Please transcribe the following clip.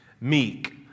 meek